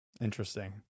Interesting